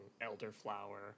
Elderflower